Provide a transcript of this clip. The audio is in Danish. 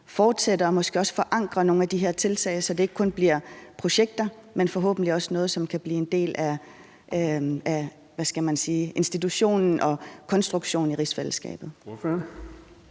fortsætter og måske også forankrer nogle af de her tiltag, så det ikke kun bliver projekter, men forhåbentlig også noget, som kan blive en del af, hvad skal man sige, institutionen og konstruktionen i rigsfællesskabet?